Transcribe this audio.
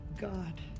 God